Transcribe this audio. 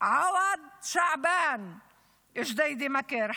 עודאי שעבאן מג'דיידה-מכר,